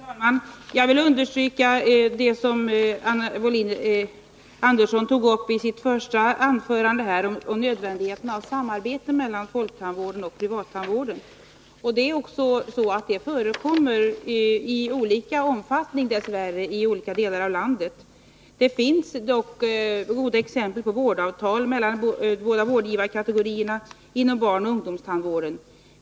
Herr talman! Jag vill understryka det som Anna Wohlin-Andersson tog uppisitt anförande om nödvändigheten av samarbete mellan folktandvården och privattandvården. Sådant samarbete förekommer, men omfattningen är dess värre olika i olika delar av landet. Det finns dock goda exempel på vårdavtal mellan de båda vårdgivarkategorierna inom barnoch ungdomstandvården.